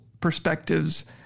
perspectives